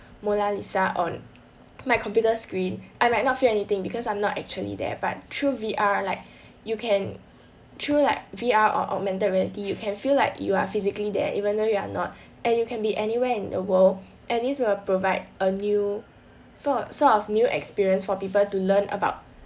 mona lisa on my computer screen I might not feel anything because I'm not actually there but through V_R like you can through like V_R or augmented reality you can feel like you are physically there even though you are not and you can be anywhere in the world and this will provide a new sort of new experience for people to learn about